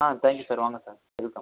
ஆ thank you sir வாங்க sir welcome